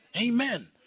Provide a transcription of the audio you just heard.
Amen